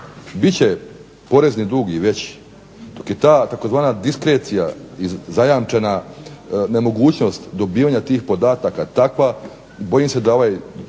će porezni dug i veći. Dok je ta tzv. diskrecija zajamčena nemogućnost dobivanja tih podataka takva bojim se da ovaj